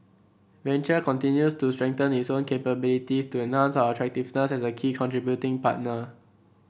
venture continues to strengthen its own capabilities to enhance our attractiveness as a key contributing partner